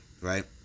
right